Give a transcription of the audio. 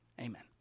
Amen